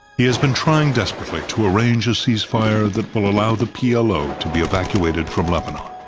he has been trying desperately to arrange a cease-fire that will allow the p l o. to be evacuated from lebanon.